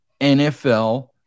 NFL